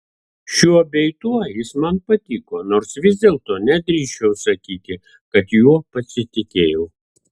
šiuo bei tuo jis man patiko nors vis dėlto nedrįsčiau sakyti kad juo pasitikėjau